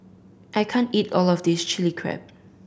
I can't eat all of this Chilli Crab